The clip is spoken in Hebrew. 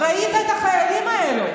את החיילים האלה.